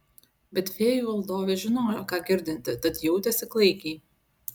bet fėjų valdovė žinojo ką girdinti tad jautėsi klaikiai